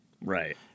Right